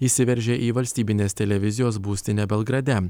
įsiveržė į valstybinės televizijos būstinę belgrade